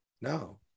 no